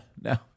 No